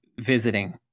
visiting